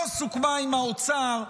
לא סוכמה עם האוצר,